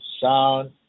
sound